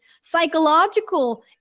psychological